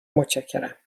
متشکرم